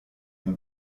come